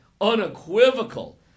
unequivocal